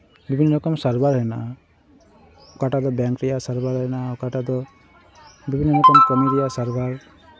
ᱵᱤᱵᱷᱤᱱᱱᱚ ᱨᱚᱠᱚᱢ ᱥᱟᱨᱵᱷᱟᱨ ᱦᱮᱱᱟᱜᱼᱟ ᱚᱠᱟᱴᱟᱜ ᱫᱚ ᱵᱮᱝᱠ ᱨᱮᱭᱟᱜ ᱥᱟᱨᱵᱷᱟᱨ ᱢᱮᱱᱟᱜᱼᱟ ᱚᱠᱟᱴᱟᱜ ᱫᱚ ᱵᱤᱵᱷᱤᱱᱱᱚ ᱨᱚᱠᱚᱢ ᱠᱟᱹᱢᱤ ᱨᱮᱭᱟᱜ ᱥᱟᱨᱵᱷᱟᱨ